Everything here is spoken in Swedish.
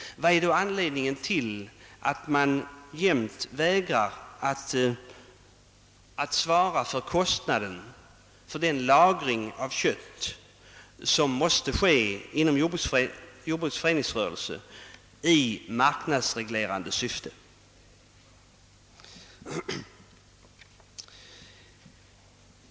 Vad är anledningen till att man alltid vägrar att helt svara för kostnaden för den lagring av kött som måste ske inom jordbrukets föreningsrörelse i marknadsreglerande syfte?